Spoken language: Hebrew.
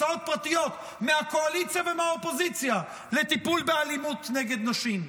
הצעות פרטיות מהקואליציה ומהאופוזיציה לטיפול באלימות נגד נשים.